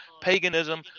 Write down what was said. paganism